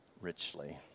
richly